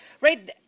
right